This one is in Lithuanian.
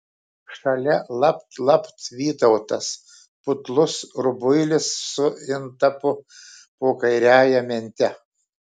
šalia lapt lapt vytautas putlus rubuilis su intapu po kairiąja mente